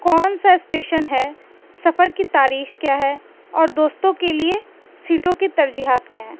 کون سا اسٹیشن ہے سفر کی تاریخ کیا ہے اور دوستوں کے لیے سیٹوں کی ترجیحات کیا ہیں